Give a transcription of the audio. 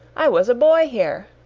i was a boy here!